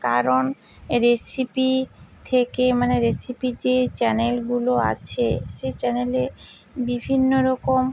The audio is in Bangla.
কারণ রেসিপি থেকে মানে রেসিপি যে চ্যানেলগুলো আছে সে চ্যানেলে বিভিন্ন রকম